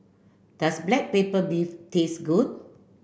does Black Pepper Beef taste good